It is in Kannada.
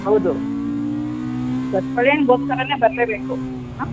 ಹೌದು ರಸಬಾಳೆ ಹಣ್ಗೋಸ್ಕರವೇ ಬರಲೇ ಬೇಕು ಹಾಂ